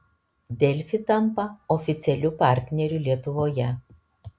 delfi tampa oficialiu partneriu lietuvoje